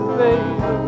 baby